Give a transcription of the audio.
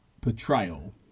portrayal